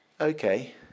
Okay